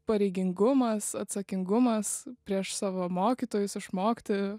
pareigingumas atsakingumas prieš savo mokytojus išmokti